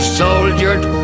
soldiered